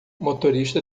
motorista